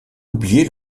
oublier